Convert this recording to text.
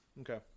Okay